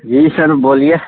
جی sir بولیے